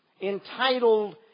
entitled